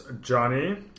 Johnny